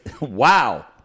wow